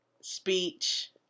speech